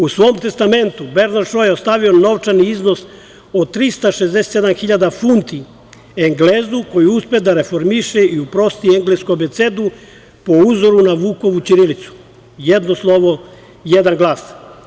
U svom testamentu Bernard Šo je ostavio novčani iznos od 367 hiljada funti Englezu koji uspe da reformiše i uprosti englesku abecedu po uzoru na Vukovu ćirilicu: jedno slovo - jedan glas.